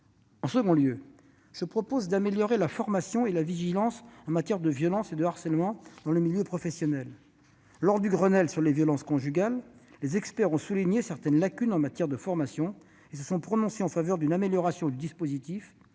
proposition est d'améliorer la formation et la vigilance à l'égard des violences et du harcèlement dans le milieu professionnel. Lors du Grenelle des violences conjugales, les experts ont souligné certaines lacunes en matière de formation et se sont prononcés en faveur d'une amélioration du dispositif,